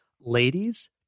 Ladies